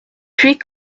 puis